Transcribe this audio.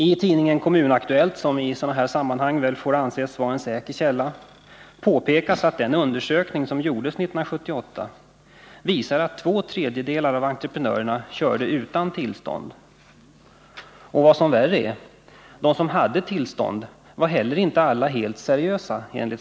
Itidningen Kommun Aktuellt, som i sådana här sammanhang väl får anses vara en säker källa, påpekas att den undersökning som gjordes 1978 visar att två tredjedelar av entreprenörerna körde utan tillstånd och att — vad värre är — av dem som hade tillstånd var heller inte alla helt seriösa.